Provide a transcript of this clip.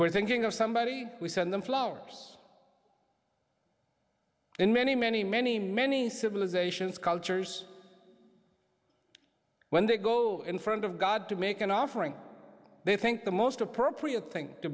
was thinking of somebody we send them flowers in many many many many civilizations cultures when they go in front of god to make an offering they think the most appropriate thing to